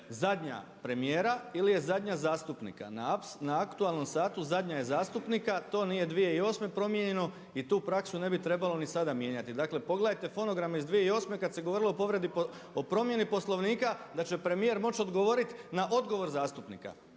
zadnja premijera ili je zadnja zastupnika? Na aktualnom satu zadnja je zastupnika a to nije 2008. promijenjeno i tu praksu ne bi trebalo ni sada mijenjati. Dakle, pogledajte fonograme iz 2008. kada se govorilo o povredi Poslovnika, promjeni Poslovnika da će premijer moći odgovorit na odgovor zastupnika.